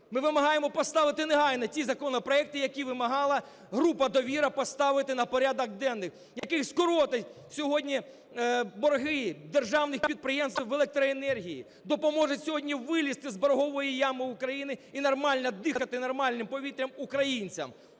Ми вимагаємо поставити негайно ті законопроекти, які вимагала група "Довіра" поставити на порядок денний, який скоротить сьогодні борги державних підприємств в електроенергії, допоможе сьогодні вилізти з боргової ями України і нормально дихати нормальним повітрям українцям.